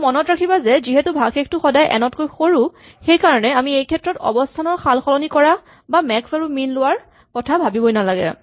আৰু মনত ৰাখিবা যে যিহেতু ভাগশেষটো সদায় এন তকৈ সৰু সেইকাৰণে আমি এইক্ষেত্ৰত অৱস্হানৰ সালসলনি কৰা বা মেক্স আৰু মিন লোৱাৰ কথা ভাৱিব নালাগে